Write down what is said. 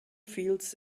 fields